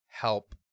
help